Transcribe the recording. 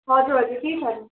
हजुर